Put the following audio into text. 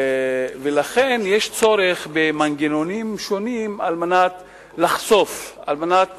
לכן יש צורך במנגנונים שונים על מנת לחשוף, על מנת